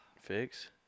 fix